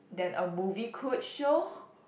than a movie could show